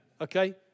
okay